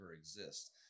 exist